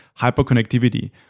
hyperconnectivity